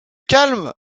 calme